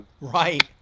Right